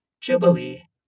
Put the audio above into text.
Jubilee